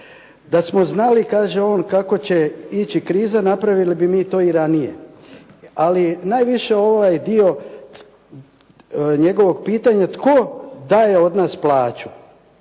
Da smo znali, kaže on, kako će ići kriza napravili bi mi to i ranije. Ali najviše ovaj dio njegovog pitanja, tko daje od nas plaću?